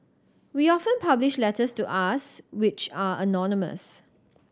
we often publish letters to us which are anonymous